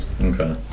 Okay